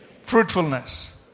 fruitfulness